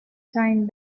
time